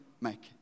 make